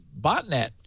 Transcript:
botnet